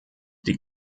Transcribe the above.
die